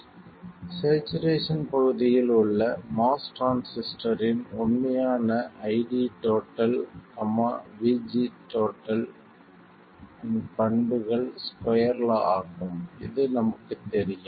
saturation பகுதியில் உள்ள MOS டிரான்சிஸ்டரின் உண்மையான ID VGS இன் பண்புகள் ஸ்கொயர் லா ஆகும் இது நமக்குத் தெரியும்